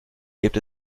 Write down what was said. gibt